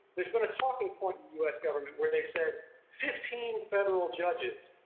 there's been a talking point in the u s. government where they've said fifteen federal judges